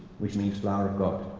which means flower of god.